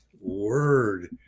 word